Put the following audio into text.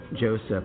Joseph